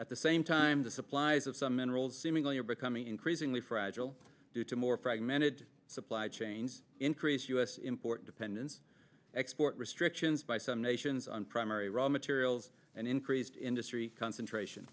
at the same time the supplies of some enrolled seemingly are becoming increasingly fragile due to more fragmented supply chains increase u s import dependence export restrictions by some nations on primary raw materials and increased industry concentration